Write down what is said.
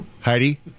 Heidi